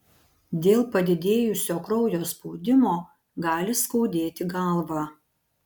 dėl padidėjusio kraujo spaudimo gali skaudėti galvą